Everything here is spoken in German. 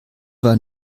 war